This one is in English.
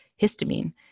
histamine